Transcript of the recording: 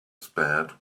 spared